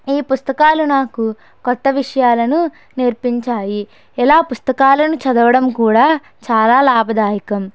ఈ పుస్తకాలు నాకు కొత్త విషయాలను నేర్పించాయి ఇలా పుస్తకాలను చదవడం కూడా చాలా లాభదాయకం